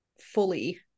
fully